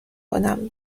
کنم